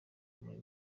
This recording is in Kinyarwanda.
muri